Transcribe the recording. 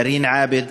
דארין עאבד,